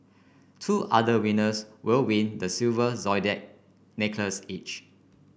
two other winners will win the silver zodiac necklace each